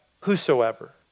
whosoever